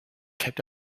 kept